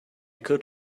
could